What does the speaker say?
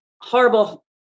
horrible